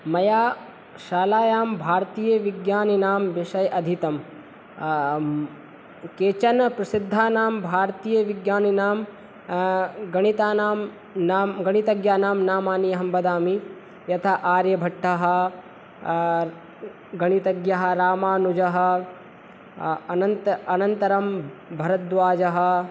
मया शालायां भारतीयविज्ञानिनां विषये अधीतं केचन प्रसिद्धानां भारतीयविज्ञानिनां गणितानां नाम गणितज्ञानां नामानि अहं वदामि यथा आर्यभट्टः गणितज्ञः रामानुजः अनन्तरं भरद्वाजः